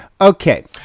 Okay